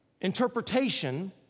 interpretation